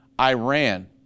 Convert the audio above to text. Iran